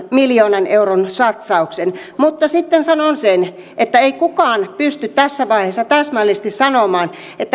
miljoonan euron satsauksen mutta sitten sanon sen että ei kukaan pysty tässä vaiheessa täsmällisesti sanomaan